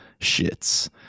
shits